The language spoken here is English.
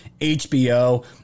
HBO